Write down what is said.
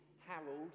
Harold